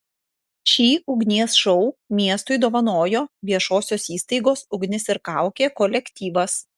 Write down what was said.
šį ugnies šou miestui dovanojo viešosios įstaigos ugnis ir kaukė kolektyvas